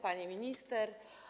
Pani Minister!